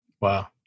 Wow